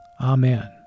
Amen